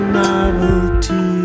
novelty